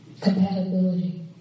compatibility